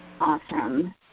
Awesome